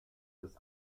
des